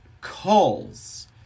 calls